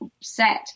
set